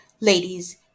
Ladies